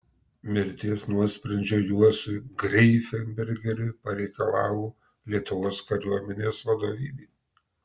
mirties nuosprendžio juozui greifenbergeriui pareikalavo lietuvos kariuomenės vadovybė